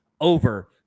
over